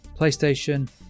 PlayStation